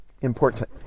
important